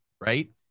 right